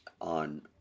on